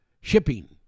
shipping